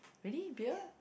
really beer